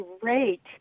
great